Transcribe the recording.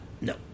No